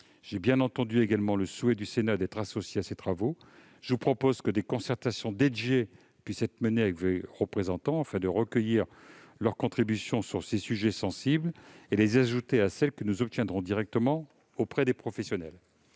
J'ai bien entendu également le souhait du Sénat d'être associé à ces travaux. Je vous propose que des concertations dédiées puissent être menées avec vos représentants afin de recueillir leurs contributions sur ces sujets sensibles et de les ajouter à celles que nous obtiendrons directement auprès des professionnels.